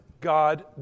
God